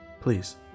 please